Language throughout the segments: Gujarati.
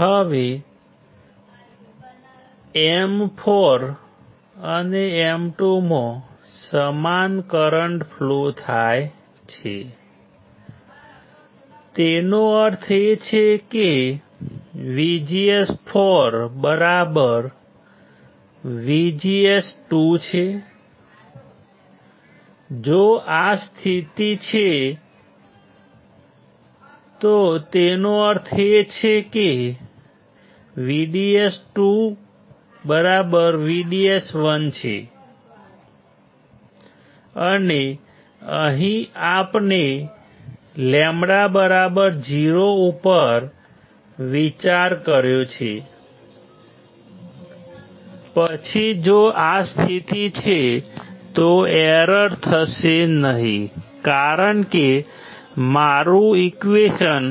હવે M4 અને M2 માં સમાન કરંટ ફ્લો થાય છે તેનો અર્થ એ છે કે VGS4 VGS2 છે જો આ સ્થિતિ છે તેનો અર્થ છે કે VDS2 VDS1 છે અને અહીં આપણે λ 0 ઉપર વિચાર કર્યો છે પછી જો આ સ્થિતિ છે તો એરર થશે નહીં કારણ કે મારું equation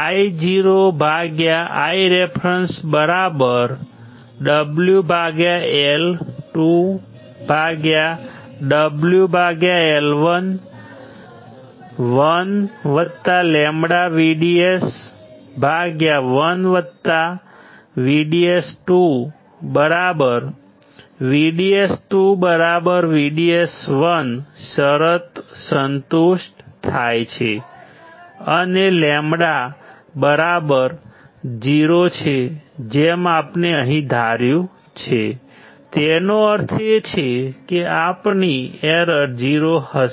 IoIreference WL2 W L1 1 λVDS2 1λ VDS1 બરાબર VDS2 VDS1 શરત સંતુષ્ટ થાય છે અને λ બરાબર 0 છે જેમ આપણે અહીં ધાર્યું છે તેનો અર્થ એ કે આપણી એરર 0 હશે